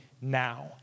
now